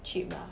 cheap lah